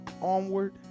onward